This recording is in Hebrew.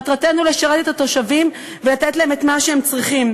מטרתנו לשרת את התושבים ולתת להם את מה שהם צריכים.